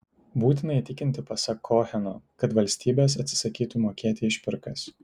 būtina įtikinti pasak koheno kad valstybės atsisakytų mokėti išpirkas